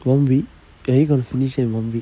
one week then are you gonna finish it in one week